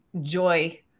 joy